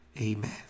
Amen